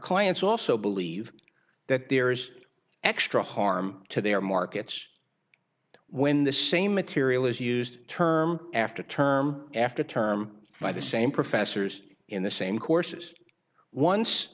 clients also believe that there's extra harm to their markets when the same material is used term after term after term by the same professors in the same courses once